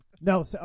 No